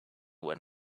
when